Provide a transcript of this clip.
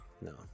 No